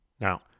Now